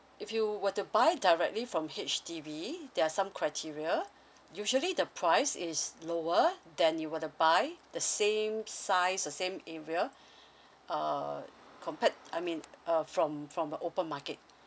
if you were to buy directly from H_D_B there are some criteria usually the price is lower than you were to buy the same size the same area uh compared I mean uh from from the open market